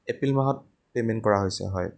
এপ্ৰিল মাহত পে'মেণ্ট কৰা হৈছে হয়